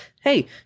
hey